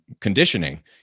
conditioning